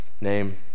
Name